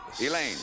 Elaine